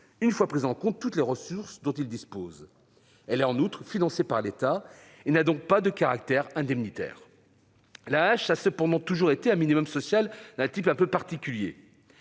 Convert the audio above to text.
une fois prises en compte toutes les ressources dont il dispose. Elle est, en outre, financée par l'État et n'a donc pas de caractère indemnitaire. L'AAH a cependant toujours été un minimum social d'un type un peu particulier